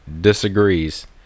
disagrees